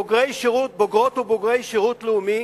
ובוגרות ובוגרי שירות לאומי